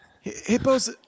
Hippos